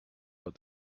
but